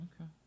Okay